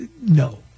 no